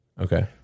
Okay